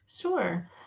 Sure